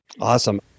Awesome